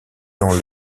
dans